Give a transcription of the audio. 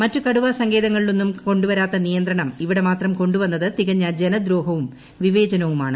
മറ്റു കടുവാ സങ്കേതങ്ങളിലൊന്നും കൊണ്ടുവരാത്ത നിയിന്ത്രണം ഇവിടെ മാത്രം കൊണ്ടുവന്നത് തികഞ്ഞ ജനദ്രോഹവും വിവേചനവുമാണ്